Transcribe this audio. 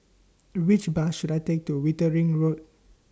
Which Bus should I Take to Wittering Road